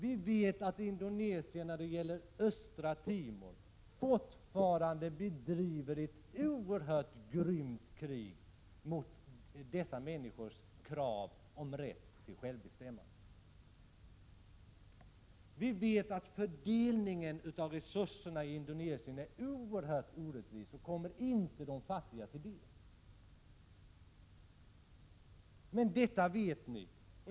Vi vet att Indonesien när det gäller Östtimor fortfarande bedriver ett oerhört grymt krig med anledning av människornas krav på rätt till självbestämmande. Vi vet att fördelningen av resurser i Indonesien är oerhört orättvis och inte kommer de fattiga till del. Men allt detta vet ni.